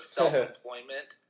self-employment